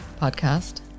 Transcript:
podcast